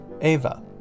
Ava